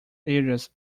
areas